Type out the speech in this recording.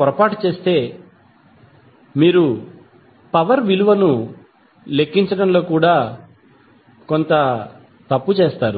పొరపాటు చేస్తే మీరు పవర్ విలువను లెక్కించడంలో కూడా కొంత తప్పు చేస్తారు